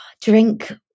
drink